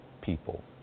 people